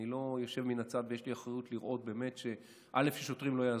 אני לא יושב מהצד אלא יש לי אחריות ששוטרים לא יעזבו.